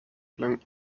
plan